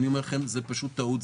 אני אומר לכם שזאת פשוט טעות.